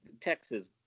Texas